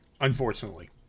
unfortunately